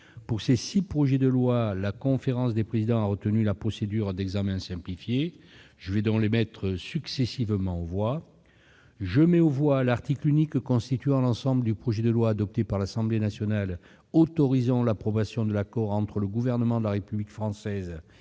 Pour ces six projets de loi, la conférence des présidents a retenu la procédure d'examen simplifié. Je vais donc les mettre successivement aux voix. Je mets aux voix l'article unique constituant l'ensemble du projet de loi, adopté par l'Assemblée nationale, autorisant l'approbation de l'accord entre le Gouvernement de la République française et le Secrétariat de l'accord relatif